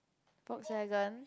Volkswagen